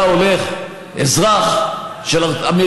לו היה הולך אזרח אמריקני